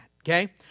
okay